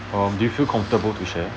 um you feel comfortable to share